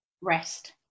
rest